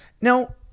now